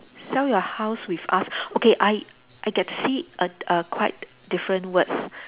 sell your house with us okay I I get to see err err quite different words